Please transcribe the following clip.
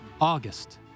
August